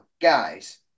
Guys